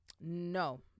no